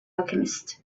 alchemist